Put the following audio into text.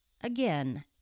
Again